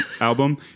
album